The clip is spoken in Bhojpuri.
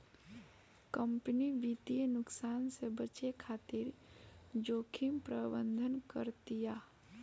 कंपनी वित्तीय नुकसान से बचे खातिर जोखिम प्रबंधन करतिया